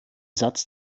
satz